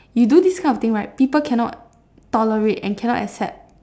you do this kind of things right people cannot tolerate and cannot accept